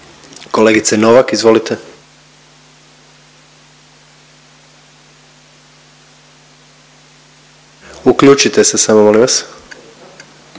Kolegice Novak, izvolite. Uključite se samo molim vas.